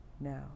Now